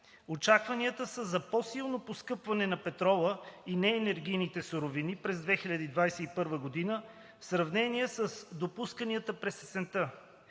очакванията са за по-силно поскъпване на петрола и неенергийните суровини през 2021 г. в сравнение с допусканията през есента.